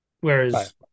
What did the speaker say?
whereas